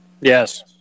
Yes